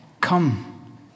come